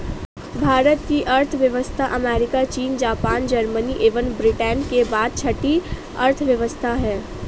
भारत की अर्थव्यवस्था अमेरिका, चीन, जापान, जर्मनी एवं ब्रिटेन के बाद छठी अर्थव्यवस्था है